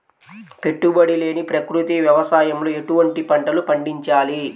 పెట్టుబడి లేని ప్రకృతి వ్యవసాయంలో ఎటువంటి పంటలు పండించాలి?